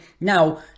Now